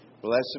Blessed